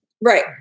Right